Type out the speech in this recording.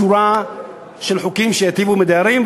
שורה של חוקים שייטיבו עם הדיירים,